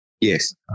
yes